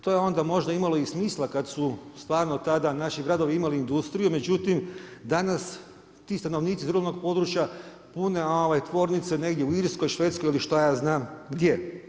To je onda možda imalo i smisla kada su stvarno tada naši gradovi imali industriju, međutim danas ti stanovnici iz ruralnog područja pune tvornice negdje u Irskoj, Švedskoj ili šta ja znam gdje.